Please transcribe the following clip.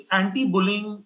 anti-bullying